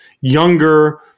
younger